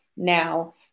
now